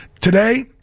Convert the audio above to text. today